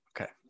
Okay